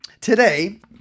today